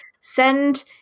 send